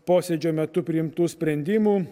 posėdžio metu priimtų sprendimų